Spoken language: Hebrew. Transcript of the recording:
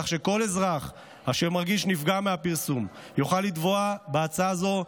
כך שכל אזרח אשר מרגיש שנפגע מהפרסום יוכל לתבוע בהצעה הזאת,